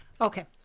okay